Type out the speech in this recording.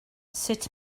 sut